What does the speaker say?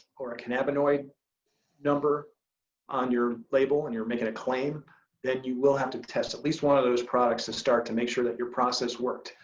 or cannabinoid number on your label and you're making a claim then you will have to test at least one of those products to start to make sure your process worked.